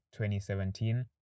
2017